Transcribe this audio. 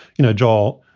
you know, joel,